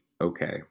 okay